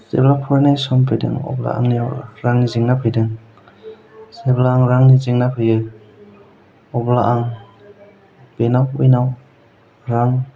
जेब्ला फरायनाय सम फैदों अब्ला आंनियाव रांनि जेंना फैदों जेब्ला रांनि जेंना फैयो अब्ला आं बेनाव बैनाव रां